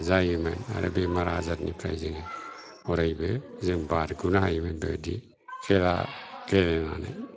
जायोमोन आरो बेमार आजारनिफ्राय जोङो अरायबो बारग'नो हायोमोन बेबादि खेला गेलेनानै